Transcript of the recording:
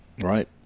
Right